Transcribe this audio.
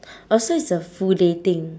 oh so it's a full day thing